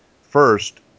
first